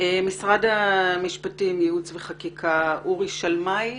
משרד המשפטים, ייעוץ וחקיקה, אורי שלומאי.